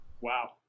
Wow